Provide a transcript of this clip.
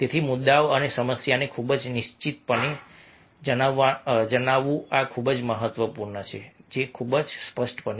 તેથી મુદ્દાઓ અને સમસ્યાને ખૂબ જ નિશ્ચિતપણે જણાવવું આ ખૂબ જ મહત્વપૂર્ણ છે ખૂબ જ સ્પષ્ટપણે